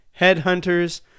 Headhunters